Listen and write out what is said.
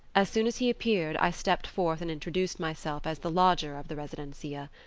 as soon as he appeared i stepped forth and introduced myself as the lodger of the residencia.